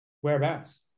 Whereabouts